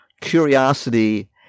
curiosity